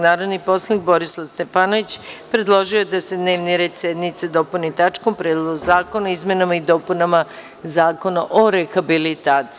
Narodni poslanik Borislav Stefanović predložio je da se dnevni red sednice dopuni tačkom – Predlog zakona o izmenama i dopunama Zakona o rehabilitaciji.